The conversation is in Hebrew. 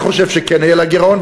ואני חושב שכן יהיה לה גירעון,